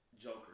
Joker